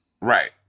Right